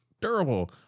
durable